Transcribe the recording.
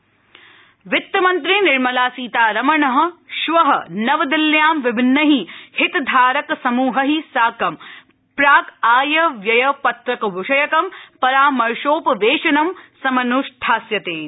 निर्मला सीतारमण वित्तमन्त्री निर्मला सीतारमण श्व नवदिल्ल्यां विभिन्नै हितधारक समूहै साकं प्राक् आय व्यय पत्रक विषयकं परामर्शोपवेशनं समन्ष्ठास्यते इति